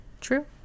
true